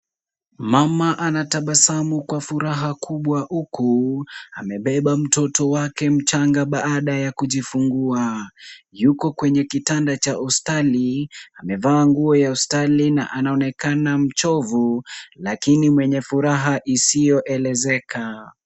Mama anatabasamu kwa furaha kubwa, huku amebeba mtoto wake mchanga baada ya kujifungua. Yuko kwenye kitanda cha hospitali. Amevaa nguo ya hospitali na anaonekana mchovu lakini mwenye furaha isiyo elezeka.